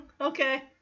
okay